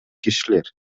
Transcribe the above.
кишилер